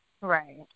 Right